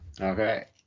Okay